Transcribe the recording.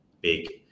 big